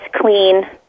clean